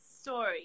story